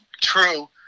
true